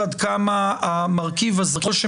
עד כמה המרכיב הזה ברפורמה המשפטית הוא מרכיב